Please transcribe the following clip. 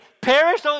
perish